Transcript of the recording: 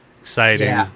exciting